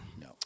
No